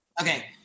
Okay